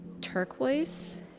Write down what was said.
Turquoise